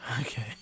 Okay